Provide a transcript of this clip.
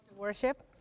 worship